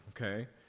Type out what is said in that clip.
okay